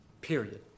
period